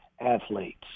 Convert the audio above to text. athletes